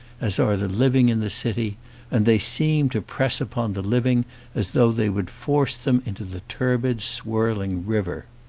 as are the living in the city and they seem to press upon the living as though they would force them into the turbid, swirling river.